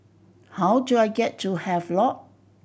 how do I get to Havelock